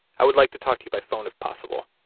i would like to talk to you by phone if possible.